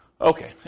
Okay